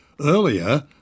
earlier